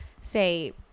say